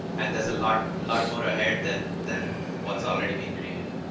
and there's a lot lot more ahead than than what's already been created.